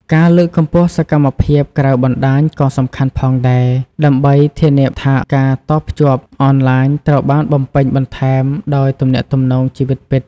ការលើកកម្ពស់សកម្មភាពក្រៅបណ្តាញក៏សំខាន់ផងដែរ ដើម្បីធានាថាការតភ្ជាប់អនឡាញត្រូវបានបំពេញបន្ថែមដោយទំនាក់ទំនងជីវិតពិត។